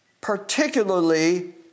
particularly